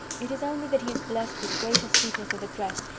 it is only that he is blessed with greater sweetness of address,